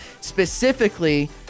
Specifically